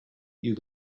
you